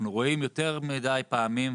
אנחנו רואים יותר מדי פעמים,